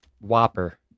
whopper